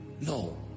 no